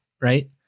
right